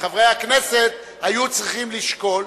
וחברי הכנסת היו צריכים לשקול